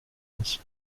onze